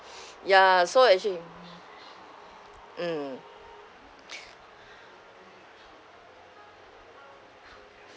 ya so actually mm